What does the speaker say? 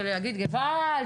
ולהגיד: "גוועלד,